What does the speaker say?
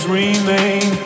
remain